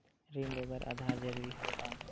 ऋण ले बर आधार जरूरी हवय का?